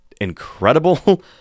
incredible